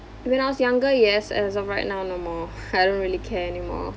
when I was younger yes as of right now no more I don't really care anymore